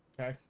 Okay